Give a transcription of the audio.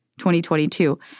2022